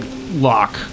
lock